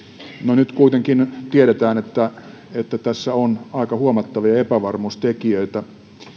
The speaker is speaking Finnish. nyt kuitenkin tiedetään että että tässä on aika huomattavia epävarmuustekijöitä